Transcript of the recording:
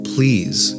Please